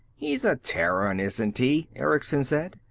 he's a terran, isn't he? erickson said.